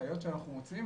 ההנחיות שאנחנו מוצאים,